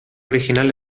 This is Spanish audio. original